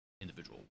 individual